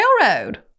Railroad